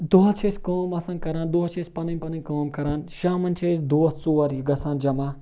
دۄہَس چھِ أسۍ کٲم آسان کَران دۄہَس چھِ أسۍ پَنٕنۍ پَنٕںۍ کٲم کَران شامَن چھِ أسۍ دوس ژور یہِ گژھان جمع